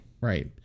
right